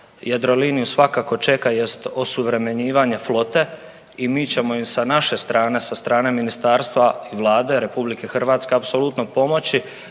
Jadroliniju svakako čeka jest osuvremenjivanje flote i mi ćemo ju sa naše strane sa strane ministarstva Vlade RH apsolutno pomoći